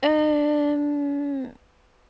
um